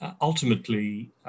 ultimately